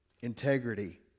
integrity